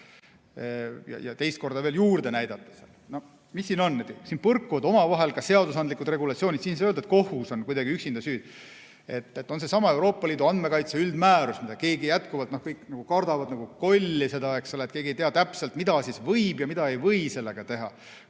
ja teist korda veel juurde näidata. No mis siin on? Siin põrkuvad omavahel ka seadusandlikud regulatsioonid. Ei saa öelda, et kohus on kuidagi üksinda süüdi. On seesama Euroopa Liidu andmekaitse üldmäärus, mida kõik kardavad nagu kolli, eks ole. Keegi ei tea täpselt, mida siis võib ja mida ei või teha.